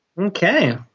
Okay